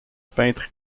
peintre